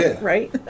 right